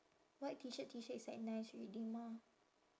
white T shirt T shirt is like nice already mah